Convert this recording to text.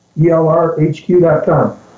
ELRHQ.com